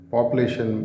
Population